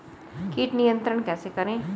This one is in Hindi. कीट नियंत्रण कैसे करें?